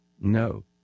No